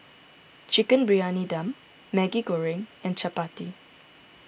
Chicken Briyani Dum Maggi Goreng and Chappati